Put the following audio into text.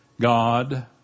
God